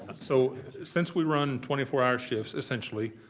so since we run twenty four hour shifts essentially,